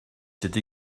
cette